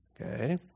okay